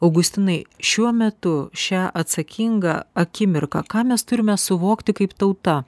augustinai šiuo metu šią atsakingą akimirką ką mes turime suvokti kaip tauta